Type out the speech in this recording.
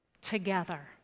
together